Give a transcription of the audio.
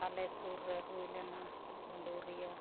ᱟᱞᱮ ᱥᱩᱨ ᱨᱮ ᱦᱩ ᱞᱮᱱᱟ ᱜᱩᱰᱩᱨᱤᱭᱟᱹ